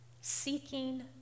seeking